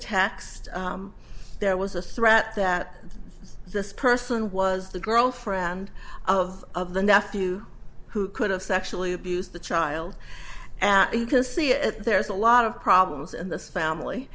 text there was a threat that this person was the girlfriend of of the nephew who could have sexually abused the child and you can see there's a lot of problems in this family